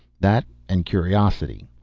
that and curiosity.